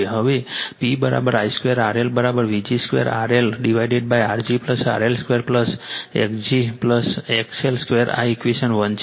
હવે P I 2 RLVg 2 RL divided R g RL 2 X g XL 2 આ equation 1 છે